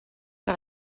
que